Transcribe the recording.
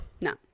No